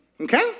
Okay